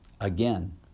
again